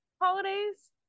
holidays